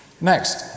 Next